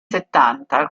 settanta